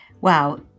Wow